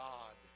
God